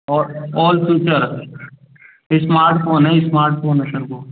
और all future smartphone है smartphone है सर वो